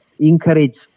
Encourage